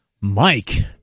Mike